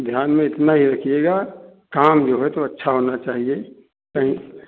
ध्यान में इतना ही रखिएगा काम जो है सो अच्छा होना चाहिए कही